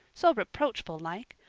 so reproachful-like.